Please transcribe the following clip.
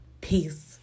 Peace